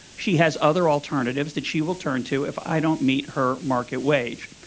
she has other alternatives that she will turn to if i don't meet her market wage.